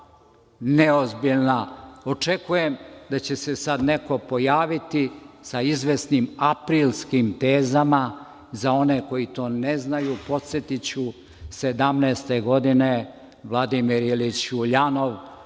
neozbiljna. Očekujem da će se sad neko pojaviti sa izvesnim aprilskim tezama. Za one koji to ne znaju, podsetiću, sedamnaeste godine Vladimir Ilić Uljanov,